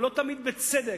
ולא תמיד בצדק,